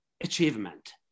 achievement